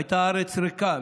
"הייתה הארץ ריקה.